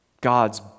God's